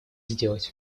сделать